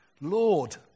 Lord